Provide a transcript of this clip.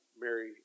Mary